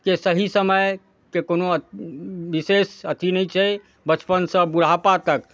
के सही समयके कोनो विशेष अथी नहि छै बचपनसँ बुढ़ापा तक